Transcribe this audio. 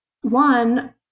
one